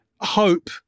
hope